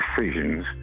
decisions